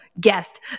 guest